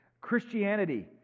Christianity